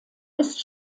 ist